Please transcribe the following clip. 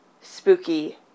spooky